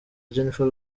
jennifer